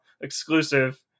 exclusive